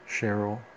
Cheryl